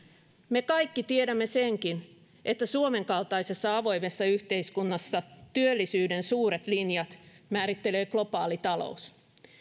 me kaikki tiedämme senkin että suomen kaltaisessa avoimessa yhteiskunnassa työllisyyden suuret linjat määrittelee globaali talous